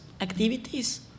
activities